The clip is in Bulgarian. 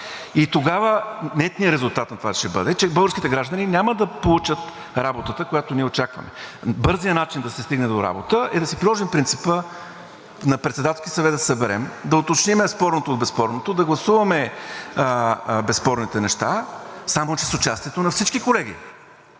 И тогава нетният резултат на това ще бъде, че българските граждани няма да получат работата, която ние очакваме. Бързият начин да се стигне до работа е да приложим принципа да се съберем на Председателски съвет, да уточним спорното от безспорното, да гласуваме безспорните неща, само че с участието на всички колеги.